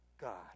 God